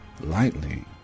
lightly